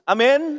Amen